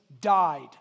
died